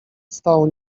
stał